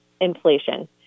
inflation